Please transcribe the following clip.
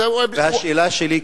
והשאלה שלי,